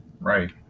Right